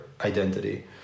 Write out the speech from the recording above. identity